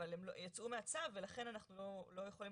אבל הם יצאו מהצו ולכן אנחנו לא יכולים